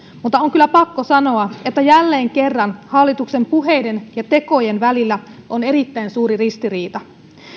mutta on kyllä pakko sanoa että jälleen kerran hallituksen puheiden ja tekojen välillä on erittäin suuri ristiriita